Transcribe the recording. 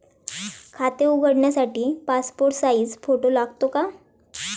खाते उघडण्यासाठी passport size photo लागतो का?